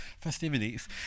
festivities